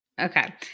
Okay